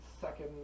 second